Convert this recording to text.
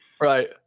Right